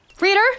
reader